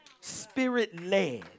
Spirit-led